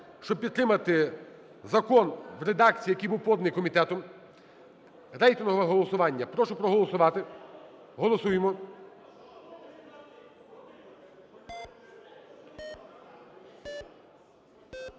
щоб підтримати закон в редакції, який був поданий комітетом, рейтингове голосування, прошу проголосувати. Голосуємо.